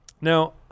Now